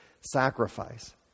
sacrifice